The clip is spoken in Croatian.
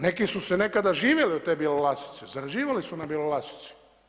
Neki su nekada živjeli od te Bjelolasice, zarađivali su na Bjelolasici.